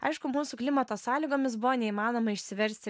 aišku mūsų klimato sąlygomis buvo neįmanoma išsiversti